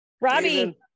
Robbie